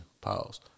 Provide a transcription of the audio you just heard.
Pause